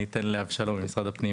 אני אתן למשרד הפנים,